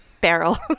barrel